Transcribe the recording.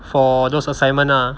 for those assignment lah